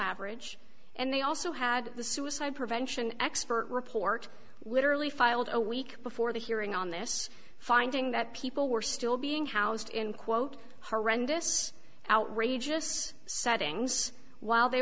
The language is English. average and they also had the suicide prevention expert report literally filed a week before the hearing on this finding that people were still being housed in quote horrendous outrageous settings while they